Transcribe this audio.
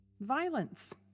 Violence